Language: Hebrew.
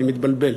אני מתבלבל.